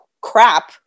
crap